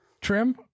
trim